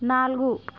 నాలుగు